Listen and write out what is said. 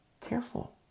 careful